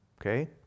Okay